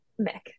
Mick